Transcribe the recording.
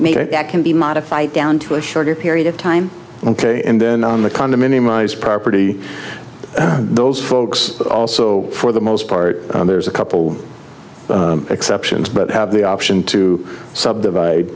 maybe that can be modified down to a shorter period of time and then on the condominium rise property those folks also for the most part there's a couple exceptions but have the option to subdivide